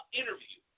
interview